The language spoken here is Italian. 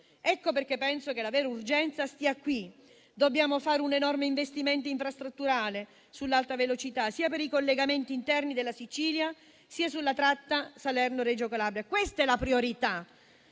Per questo penso che la vera urgenza stia qui. Dobbiamo fare un enorme investimento infrastrutturale sull'alta velocità, sia per i collegamenti interni della Sicilia, sia sulla tratta Salerno-Reggio Calabria. Questa è la priorità.